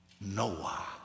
Noah